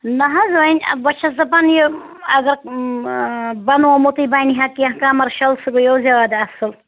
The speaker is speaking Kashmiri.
نَہ حظ وۄنۍ بہٕ چھَس دَپان یہِ اَگَر بنومُتٕے بَنہِ ہہ کیٚنٛہہ کمَرشَل سُہ گٔیو زیادٕ اَصٕل